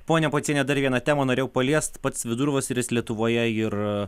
ponia pociene dar vieną temą norėjau paliest pats vidurvasaris lietuvoje ir